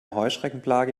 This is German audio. heuschreckenplage